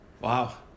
Wow